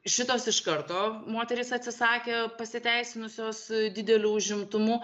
šitos iš karto moterys atsisakė pasiteisinusios su dideliu užimtumu